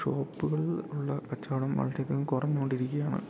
ഷോപ്പുകളില് ഉള്ള കച്ചോടം വളരെയധികം കൊറഞ്ഞോണ്ടിരിക്ക്യാണ്